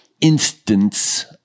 Instance